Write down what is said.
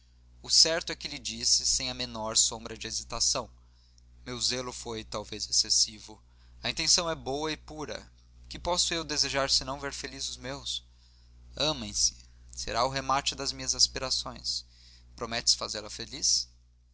o certo é que lhe disse sem a menor sombra de hesitação meu zelo foi talvez excessivo a intenção é boa e pura que posso eu desejar senão ver felizes os meus amem-se será o remate das minhas aspirações prometes fazê-la feliz